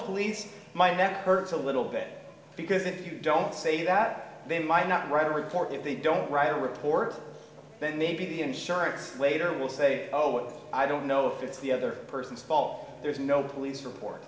police my back hurts a little bit because if you don't say that they might not write a report if they don't write a report then maybe the insurance later will say oh well i don't know if it's the other person's fault there's no police report